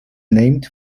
named